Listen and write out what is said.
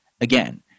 again